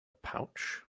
pouch